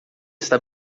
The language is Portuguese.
está